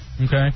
Okay